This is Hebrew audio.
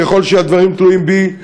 ככל שהדברים תלויים בי,